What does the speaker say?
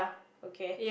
okay